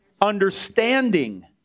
understanding